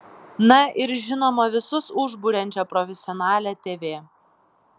na ir žinoma visus užburiančią profesionalią tv